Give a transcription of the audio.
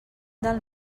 del